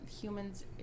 humans